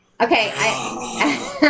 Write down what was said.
Okay